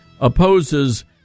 opposes